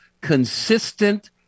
consistent